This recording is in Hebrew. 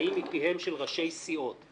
חיים מפיהם של ראשי סיעות,